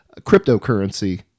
cryptocurrency